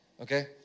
Okay